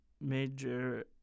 major